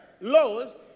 laws